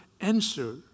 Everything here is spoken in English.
answer